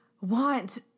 want